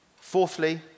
Fourthly